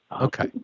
okay